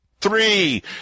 Three